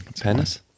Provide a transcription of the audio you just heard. Penis